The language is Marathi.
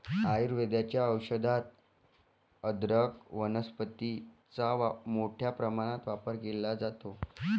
आयुर्वेदाच्या औषधात अदरक वनस्पतीचा मोठ्या प्रमाणात वापर केला जातो